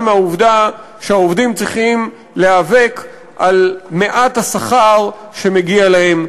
מהעובדה שהעובדים צריכים להיאבק על מעט השכר שמגיע להם,